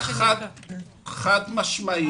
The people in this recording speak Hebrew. חד משמעית.